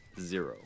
zero